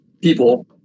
people